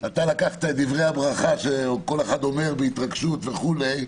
אתה לקחת את דברי הברכה שכל אחד אומר בהתרגשות וכו'